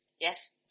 Yes